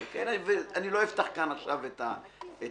אני לא אפתח כאן עכשיו את הדיון.